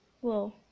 Whoa